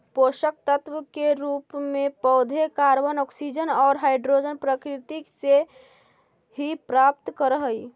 पोषकतत्व के रूप में पौधे कॉर्बन, ऑक्सीजन और हाइड्रोजन प्रकृति से ही प्राप्त करअ हई